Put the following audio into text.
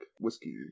whiskey